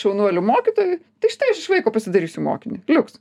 šaunuoliu mokytoju tai štai aš iš vaiko pasidarysiu mokinį liuks